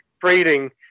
trading